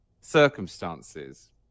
circumstances